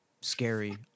scary